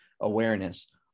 awareness